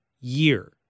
year